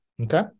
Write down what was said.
Okay